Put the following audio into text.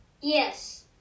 Yes